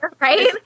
right